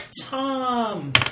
Tom